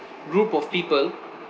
group of people